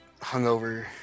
hungover